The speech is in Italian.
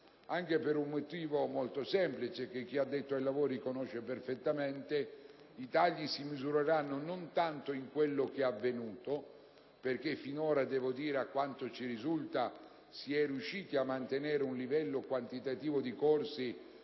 anche per un motivo molto semplice che chi è addetto ai lavori conosce perfettamente. I tagli si misureranno non tanto su quello che è avvenuto, perché finora, da quanto ci risulta, si è riusciti a mantenere un livello quantitativo di corsi